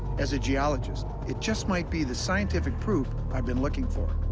as a geologist, it just might be the scientific proof i've been looking for.